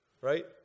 Right